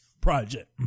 project